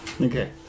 Okay